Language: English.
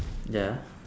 ya